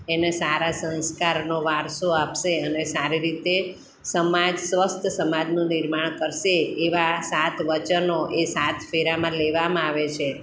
એને સારા સંસ્કારનો વારસો આપશે અને સારી રીતે સમાજ સ્વસ્થ સમાજનું નિર્માણ કરશે એવાં સાત વચનો એ સાત ફેરામાં લેવામાં આવે છે